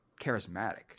charismatic